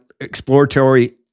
exploratory